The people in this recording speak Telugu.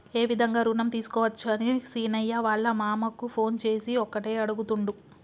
ఏ విధంగా రుణం తీసుకోవచ్చని సీనయ్య వాళ్ళ మామ కు ఫోన్ చేసి ఒకటే అడుగుతుండు